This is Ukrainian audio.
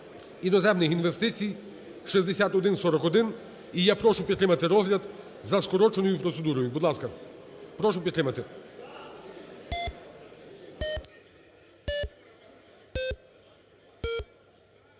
іноземних інвестицій (6141). І я прошу підтримати розгляд за скороченою процедурою. Будь ласка, прошу підтримати.